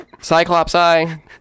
Cyclopsi